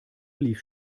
lief